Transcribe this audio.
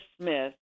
Smith